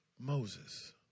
Moses